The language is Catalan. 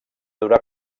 durar